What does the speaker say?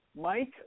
Mike